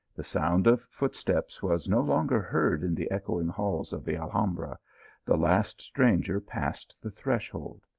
the sound of footsteps was no longer heard in the echoing halls of the alhambra the last stranger passed the threshold,